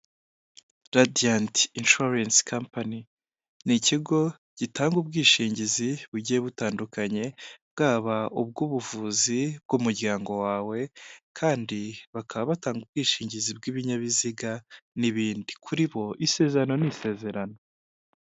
Radiant inshuwarensi kampani, ni ikigo gitanga ubwishingizi bugiye butandukanye, bwaba ubw'ubuvuzi bw'umuryango wawe, kandi bakaba batanga ubwishingizi bw'ibinyabiziga n'ibindi, kuri bo isezerano ni isezerano.